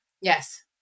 yes